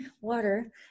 water